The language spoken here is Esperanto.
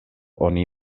oni